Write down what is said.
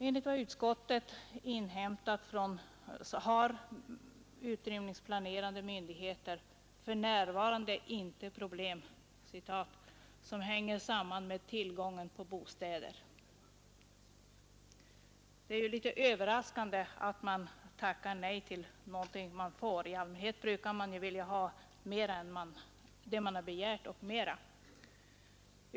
Enligt vad utskottet inhämtat har utrymningsplanerande myndigheter för närvarande inte problem ”som hänger samman med tillgången på bostäder”. Det är ju litet överraskande att man tackar nej till någonting som man får. I allmänhet vill man ha det man begärt och mera.